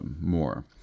more